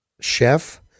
Chef